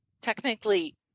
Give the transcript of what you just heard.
technically